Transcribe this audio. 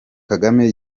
kagame